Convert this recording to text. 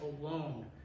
alone